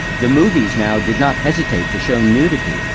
the movies now did not hesitate to show nudity,